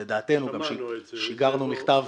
שלדעתנו, גם שיגרנו מכתב.